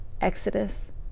exodus